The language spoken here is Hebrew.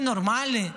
זה נורמלי?